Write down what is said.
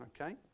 okay